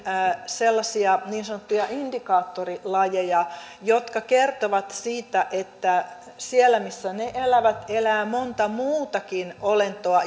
sellaisia niin sanottuja indikaattorilajeja jotka kertovat siitä että siellä missä ne elävät elää monta muutakin olentoa